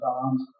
arms